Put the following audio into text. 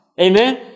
Amen